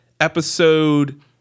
episode